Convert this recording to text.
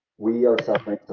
we are suffering